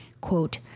Quote